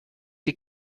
die